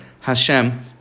Hashem